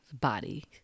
body